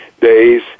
days